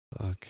Okay